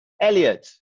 Elliot